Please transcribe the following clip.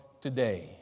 today